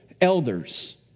elders